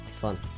Fun